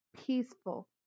peaceful